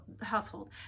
household